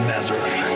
Nazareth